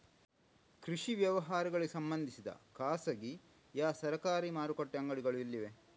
ಕೃಷಿ ವ್ಯವಹಾರಗಳಿಗೆ ಸಂಬಂಧಿಸಿದ ಖಾಸಗಿಯಾ ಸರಕಾರಿ ಮಾರುಕಟ್ಟೆ ಅಂಗಡಿಗಳು ಎಲ್ಲಿವೆ?